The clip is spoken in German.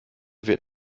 wird